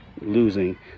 Losing